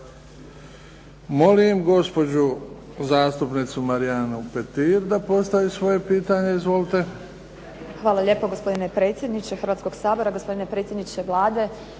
Molim gospođu zastupnicu Marijanu Petir da postavi svoje pitanje. Izvolite. **Petir, Marijana (HSS)** Hvala lijepo. Gospodine predsjedniče Hrvatskoga sabora, gospodine predsjedniče Vlade,